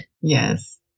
Yes